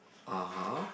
(uh huh)